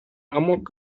amok